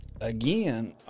Again